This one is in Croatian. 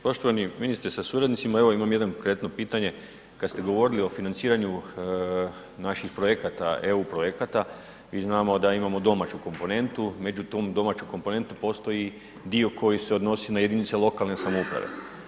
Poštovani ministre sa suradnicima, evo imam jedno konkretno pitane, kad ste govorili o financiranju naših projekata, EU projekata, mi znamo da imamo domaću komponentu, među tom domaćom komponentom postoji dio koji se odnosi na jedinice lokalne samouprave.